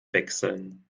wechseln